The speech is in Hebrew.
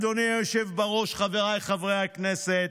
אדוני היושב בראש, חבריי חברי הכנסת,